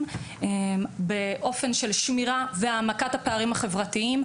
באופן של שמירה והעמקת הפערים החברתיים,